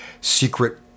secret